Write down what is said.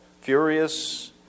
Furious